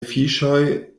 fiŝoj